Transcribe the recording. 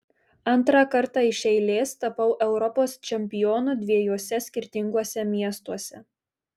antrą kartą iš eilės tapau europos čempionu dviejuose skirtinguose miestuose